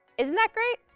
isn't that great?